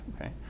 Okay